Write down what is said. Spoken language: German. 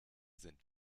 sind